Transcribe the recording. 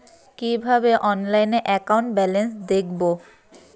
কিভাবে অনলাইনে account balance দেখবো?